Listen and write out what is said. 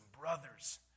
brothers